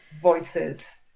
voices